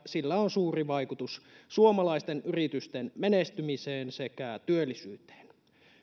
sillä on suuri vaikutus suomalaisten yritysten menestymiseen sekä työllisyyteen